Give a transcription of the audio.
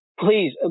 please